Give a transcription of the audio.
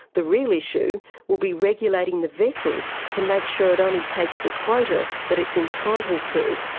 the real issue will be regulating the vessel to make sure it only takes the quota that it's entitled to.